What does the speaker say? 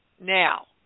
Now